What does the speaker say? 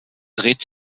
dreht